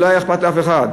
זה לא היה אכפת לאף אחד.